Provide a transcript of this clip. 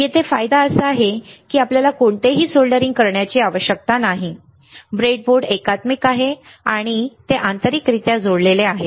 येथे फायदा असा आहे की आपल्याला कोणतेही सोल्डरिंग करण्याची आवश्यकता नाही ब्रेडबोर्ड एकात्मिक आहे किंवा ते आंतरिकरित्या जोडलेले आहे